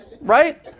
right